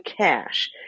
cash